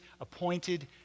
appointed